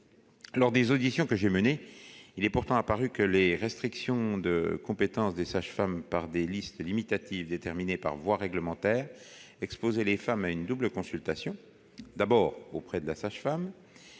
Lors des auditions que j'ai menées, il est pourtant apparu que les restrictions de compétences des sages-femmes par des listes limitatives déterminées par voie réglementaire exposaient les femmes à une double consultation, d'abord auprès de la sage-femme,